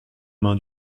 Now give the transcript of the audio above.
main